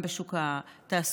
גם בשוק התעסוקה.